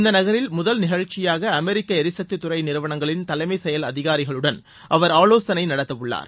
இந்த நகரில் முதல் நிகழ்ச்சியாக அமெரிக்க எரிசக்தி துறை நிறுவனங்களின் தலைமை செயல் அதிகாரிகளுடன் அவர் ஆலோசனை நடத்தவுள்ளார்